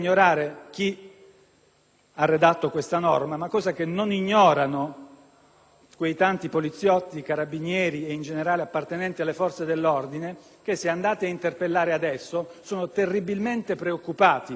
quei tanti poliziotti, carabinieri e in generale appartenenti alle forze dell'ordine che, se andate ad interpellare adesso, sono terribilmente preoccupati per quello che può derivare dall'approvazione di una norma come questa.